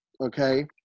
okay